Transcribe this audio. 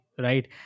Right